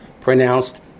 pronounced